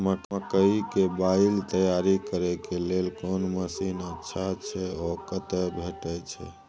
मकई के बाईल तैयारी करे के लेल कोन मसीन अच्छा छै ओ कतय भेटय छै